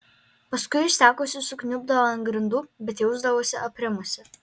paskui išsekusi sukniubdavo ant grindų bet jausdavosi aprimusi